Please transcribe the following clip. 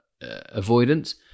avoidance